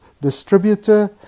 distributor